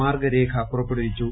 മാർഗ്ഗരേഖ പുറപ്പെടുവിച്ചു